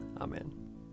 amen